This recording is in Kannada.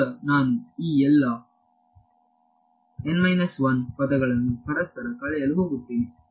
ಈಗ ನಾನು ಈ ಎಲ್ಲಪದಗಳನ್ನು ಪರಸ್ಪರ ಕಳೆಯಲು ಹೋಗುತ್ತೇನೆ